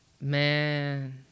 man